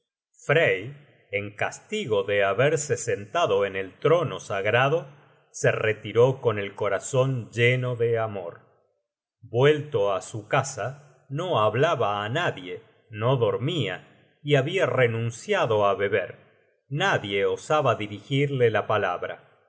frey en castigo de haberse sentado en el trono sagrado se retiró con el corazon lleno de amor vuelto á su casa no hablaba á nadie no dormia y habia renunciado á beber nadie osaba dirigirle la palabra